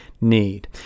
need